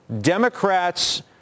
Democrats